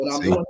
See